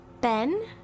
Ben